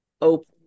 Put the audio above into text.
open